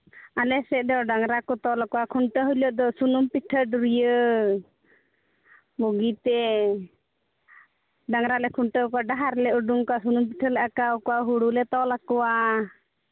ᱟᱞᱮ ᱥᱮᱫ ᱫᱚ ᱰᱟᱝᱨᱟ ᱠᱚ ᱛᱚᱞ ᱟᱠᱚᱣᱟ ᱠᱷᱩᱱᱴᱟᱹᱣ ᱦᱤᱞᱳᱜ ᱫᱚ ᱥᱩᱱᱩᱢ ᱯᱤᱴᱷᱟᱹ ᱰᱩᱨᱭᱟᱹ ᱵᱩᱜᱤᱛᱮ ᱰᱟᱝᱨᱟ ᱞᱮ ᱠᱷᱩᱱᱴᱟᱹᱣ ᱠᱚᱣᱟ ᱰᱟᱦᱟᱨ ᱨᱮᱞᱮ ᱩᱰᱩᱠ ᱠᱚᱣᱟ ᱥᱩᱱᱩᱢ ᱯᱤᱴᱷᱟᱹ ᱞᱮ ᱟᱸᱠᱟᱣ ᱠᱚᱣᱟ ᱦᱩᱲᱩᱞᱮ ᱛᱚᱞ ᱟᱠᱚᱣᱟ